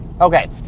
Okay